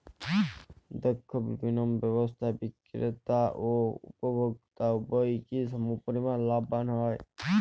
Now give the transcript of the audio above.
দক্ষ বিপণন ব্যবস্থায় বিক্রেতা ও উপভোক্ত উভয়ই কি সমপরিমাণ লাভবান হয়?